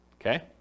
okay